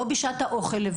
לא בחצר ולא באוכל.